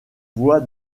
voie